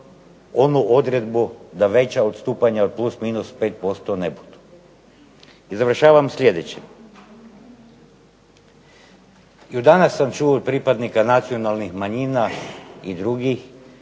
onu odredbu da veća odstupanja od +-5% ne budu. I završavam sljedeće. Danas sam čuo od pripadnika nacionalnih manjina i drugih